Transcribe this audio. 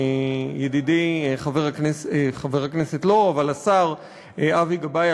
ידידי השר אבי גבאי,